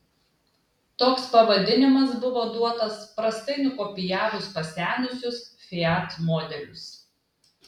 toks pavadinimas buvo duotas prastai nukopijavus pasenusius fiat modelius